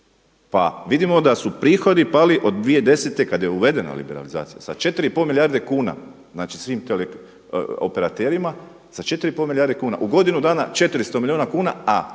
Pa vidimo da su prihodi pali od 2010. kada je uvedena liberalizacija sa 4,5 milijarde kuna svim operaterima, za 4,5 milijarde kuna. U godinu dana 400 milijuna kuna, a